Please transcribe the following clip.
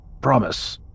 Promise